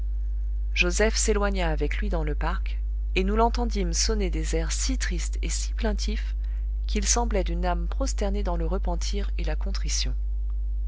joseph s'éloigna avec lui dans le parc et nous l'entendîmes sonner des airs si tristes et si plaintifs qu'il semblait d'une âme prosternée dans le repentir et la